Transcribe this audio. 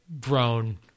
grown